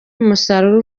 umusaruro